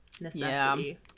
necessity